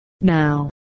now